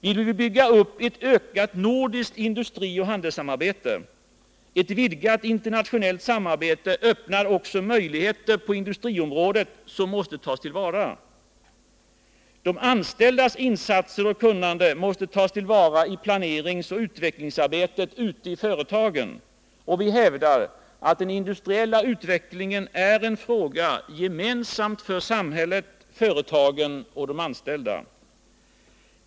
—- Vi vill bygga upp ett ökat nordiskt industrioch handelssamarbete. Ett vidgat internationellt samarbete öppnar också möjligheter på industriområdet som måste tas till vara. — De anställdas insatser och kunnande måste tas till vara i planeringsoch utvecklingsarbetet ute i företagen. Vi hävdar att den industriella utvecklingen är en fråga, gemensam för samhället, företagen och de anställda.